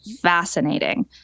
fascinating